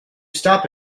stop